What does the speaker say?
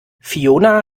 fiona